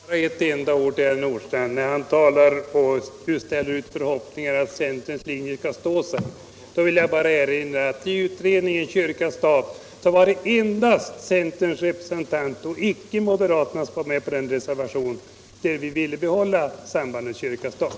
Herr talman! Bara ett par ord till herr Nordstrandh, som hoppas att centerns linje skall stå sig. Jag vill erinra om att i stat-kyrka-beredningen var det endast centerns representant och icke moderaternas, som stod